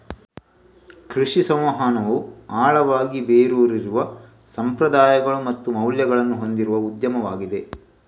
ಕೃಷಿ ಸಂವಹನವು ಆಳವಾಗಿ ಬೇರೂರಿರುವ ಸಂಪ್ರದಾಯಗಳು ಮತ್ತು ಮೌಲ್ಯಗಳನ್ನು ಹೊಂದಿರುವ ಉದ್ಯಮವಾಗಿದೆ